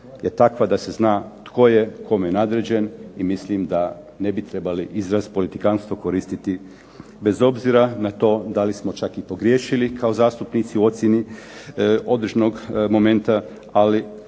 je takva da se zna tko je kome nadređen i mislim da ne bi trebali izraz politikanstvo koristiti bez obzira na to da li smo čak i pogriješili kao zastupnici u ocjeni određenog momenta, ali